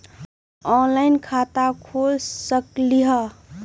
Online खाता खोल सकलीह?